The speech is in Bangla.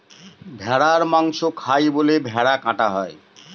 ভেড়ার মাংস খায় বলে ভেড়া কাটা হয়